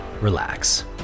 relax